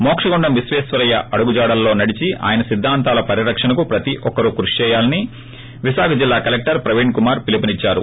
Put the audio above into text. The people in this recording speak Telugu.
మోక్షగుండం విశ్వేశ్వరయ్య అడుగు జాడల్లో నడిచి ఆయన సిద్దాంతాల పరిరక్షణకు ప్రతి ఒక్కరూ కృషి చేయాలని జిల్లా కలెక్టర్ ప్రవీణ్ కుమార్ పిలుపునిద్చారు